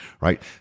right